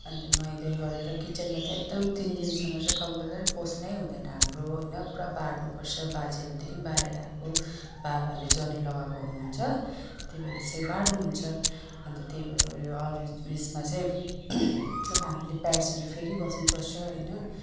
अन्त नुहाइ धुवाइ गरेर किचनमा चाहिँ एकदम तिन दिनसम्म चाहिँ कमरातिर पस्न हुँदैन हाम्रो है पुरा बार्नु पर्छ बाजेहरूदेखि बारेर आएको बाबाहरूले जनै लगाएको हुनु हुन्छ त्यही भएर चाहिँ बार्नु हुन्छ अन्त त्यही भएर अरू उयसमा चाहिँ अब हामीले प्याड्सहरू फेरी बस्नु पर्छ होइन